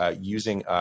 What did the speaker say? using